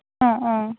ആ ആ